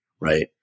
right